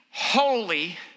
holy